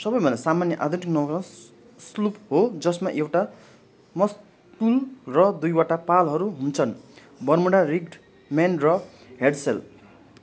सबैभन्दा सामान्य आधुनिक नौका स्लूप हो जसमा एउटा मस्तूल र दुईवटा पालहरू हुन्छन् बर्मुडा रिग्ड मेन र हेडसेल